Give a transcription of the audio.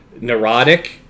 neurotic